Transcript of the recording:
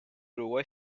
uruguay